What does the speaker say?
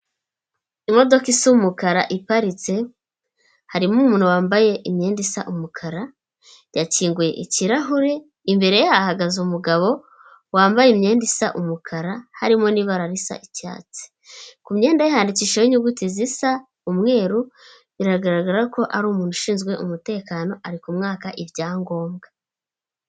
Imodoka isa umukara iparitse harimo umuntu wambaye imyenda isa umukara, yakinguye ikirahure imbere ye hahagaze umugabo wambaye imyenda isa umukara, harimo n'ibara risa icyatsi. Ku myenda ye handikishijeho inyuguti zisa umweru, biragaragara ko ari umuntu ushinzwe umutekano ari kumwaka ibyangombwa.